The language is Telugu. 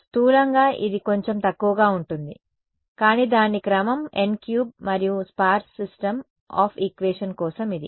స్థూలంగా ఇది కొంచెం తక్కువగా ఉంటుంది కానీ దాని క్రమం n3 మరియు స్పార్స్ సిస్టమ్ ఆఫ్ ఈక్వేషన్ కోసం ఇది